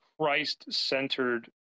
Christ-centered